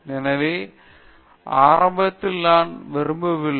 எனவே ஆரம்பத்தில் நான் அதை விரும்பவில்லை